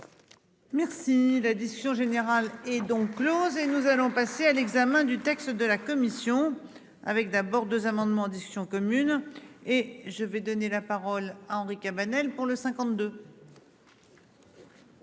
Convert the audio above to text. Merci la discussion générale est donc Close et nous allons passer à l'examen du texte de la commission, avec d'abord 2 amendements en discussion commune et je vais donner la parole à Henri Cabanel pour le 52.